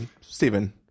Stephen